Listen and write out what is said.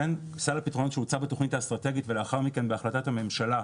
סל הפתרונות שהוצע בתכנית האסטרטגית ולאחר מכן בהחלטת הממשלה,